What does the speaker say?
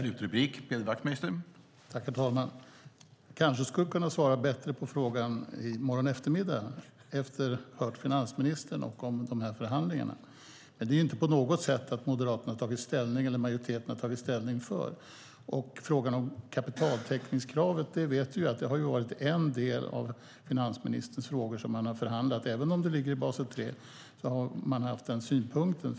Herr talman! Jag kanske kan svara bättre på frågan i morgon eftermiddag när vi hört vad finansministern har att säga om förhandlingarna. Moderaterna eller majoriteten har inte på något sätt tagit ställning för detta. När det gäller kapitaltäckningskravet vet vi att det varit en av de frågor som finansministern förhandlat om. Även om det ligger i Basel III har man haft den synpunkten.